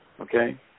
Okay